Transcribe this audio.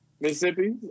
Mississippi